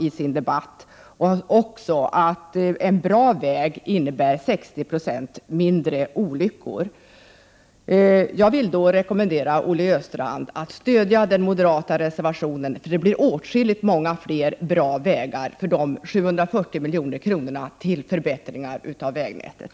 Han sade också att en bra väg innebär 60 26 mindre olyckor. Jag vill då rekommendera Olle Östrand att stödja den moderata reservationen, eftersom det blir åtskilligt fler bra vägar för de 740 miljonerna till förbättringar av vägnätet.